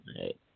Right